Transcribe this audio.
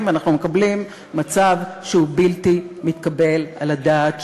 ואנחנו מקבלים מצב שהוא בלתי מתקבל על הדעת,